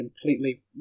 completely